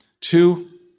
Two